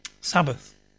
Sabbath